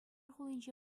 хулинче